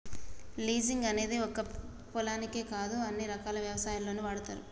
leasing అనేది ఒక్క పొలాలకే కాదు అన్ని రకాల వ్యవస్థల్లోనూ వాడతారు